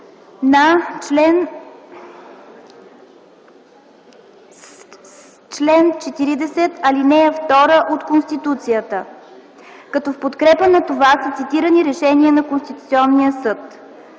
с чл. 40, ал. 2 от Конституцията, като в подкрепа на това са цитирани решения на Конституционния съд.